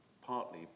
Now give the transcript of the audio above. partly